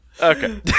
Okay